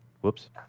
Whoops